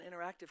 interactive